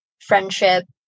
friendship